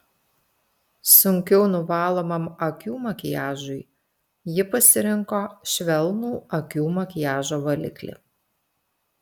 sunkiau nuvalomam akių makiažui ji pasirinko švelnų akių makiažo valiklį